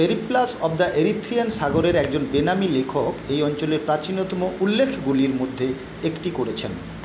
Periplus of the Erythraean সাগরের একজন বেনামি লেখক এই অঞ্চলের প্রাচীনতম উল্লেখগুলির মধ্যে একটি করেছেন